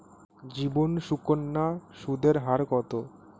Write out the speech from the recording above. জীবন সুকন্যা সুদের হার কত?